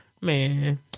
Man